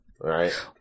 Right